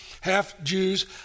half-Jews